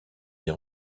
des